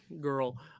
Girl